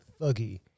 thuggy